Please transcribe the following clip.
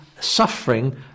suffering